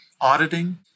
auditing